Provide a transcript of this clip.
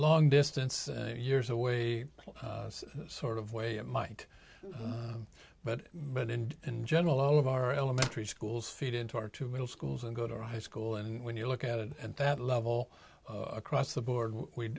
long distance years away sort of way it might but but in general all of our elementary schools feed into our to middle schools and go to high school and when you look at it at that level across the board we